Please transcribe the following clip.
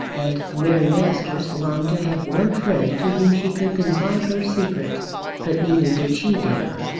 and mary masters longed to have one friend to whom she could confide her secret but neither did she dare.